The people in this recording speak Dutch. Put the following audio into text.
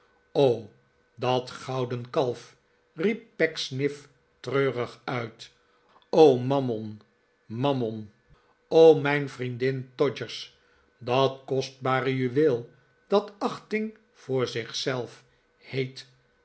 dat gouden kalf riep pecksniff treurig uit ma mammon o mijn vriendin todgers dat kostbare juweel dat achting voor zich zelf heet